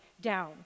down